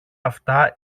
αυτά